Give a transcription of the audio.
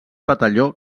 batalló